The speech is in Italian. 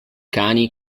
cani